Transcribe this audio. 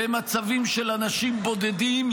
והם מצבים של אנשים בודדים,